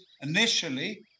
initially